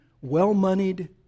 well-moneyed